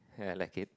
ya I like it